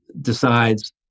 decides